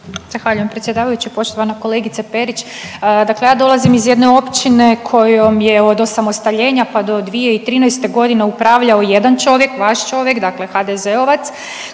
Zahvaljujem predsjedavajući. Poštovana kolegice Perić, dakle ja dolazim iz jedne općine kojom je od osamostaljenja, pa do 2013.g. upravljao jedan čovjek, vaš čovjek, dakle HDZ-ovac,